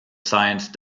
science